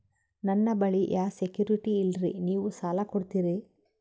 ನನ್ನ ಬಳಿ ಯಾ ಸೆಕ್ಯುರಿಟಿ ಇಲ್ರಿ ನೀವು ಸಾಲ ಕೊಡ್ತೀರಿ?